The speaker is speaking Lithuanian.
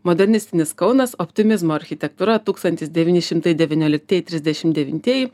modernistinis kaunas optimizmo architektūra tūkstantis devyni šimtai devynioliktieji trisdešim devintieji